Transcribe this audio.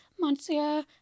Monsieur